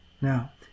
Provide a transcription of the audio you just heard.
Now